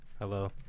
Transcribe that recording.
hello